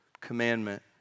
commandment